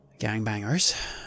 gangbangers